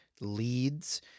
leads